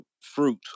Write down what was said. fruit